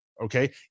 Okay